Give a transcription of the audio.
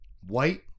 White